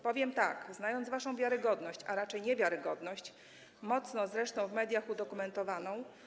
Powiem tak, znając waszą wiarygodność, a raczej niewiarygodność, mocno zresztą w mediach udokumentowaną.